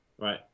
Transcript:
right